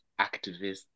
activists